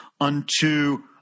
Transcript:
unto